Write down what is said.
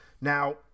Now